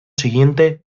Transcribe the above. siguiente